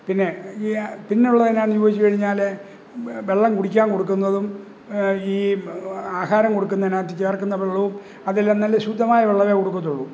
പിന്നെ ഈ പിന്നുള്ളത് എന്നാന്ന് ചോദിച്ചുകഴിഞ്ഞാല് വെള്ളം കുടിക്കാൻ കൊടുക്കുന്നതും ഈ ആഹാരം കൊടുക്കുന്നതിനകത്ത് ചേർക്കുന്ന വെള്ളവും അതെല്ലാം നല്ല ശുദ്ധമായ വെള്ളമേ കൊടുക്കത്തുള്ളു